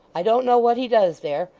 i don't know what he does there.